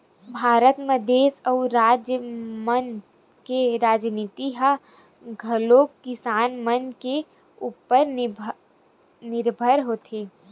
भारत म देस अउ राज मन के राजनीति ह घलोक किसान मन के उपर निरभर होथे